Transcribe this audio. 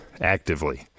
actively